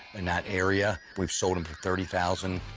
in that area. we've sold them for thirty thousand.